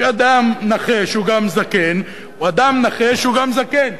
שאדם נכה שהוא גם זקן, הוא אדם נכה שהוא גם זקן,